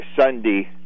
Sunday